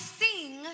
sing